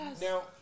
Now